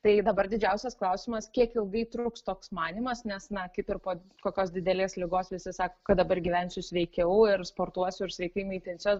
tai dabar didžiausias klausimas kiek ilgai truks toks manymas nes na kaip ir po kokios didelės ligos visi sako kad dabar gyvensiu sveikiau ir sportuosiu ir sveikai maitinsiuos